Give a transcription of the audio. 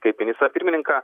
kaip ministrą pirmininką